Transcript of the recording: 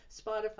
Spotify